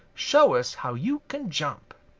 show us how you can jump.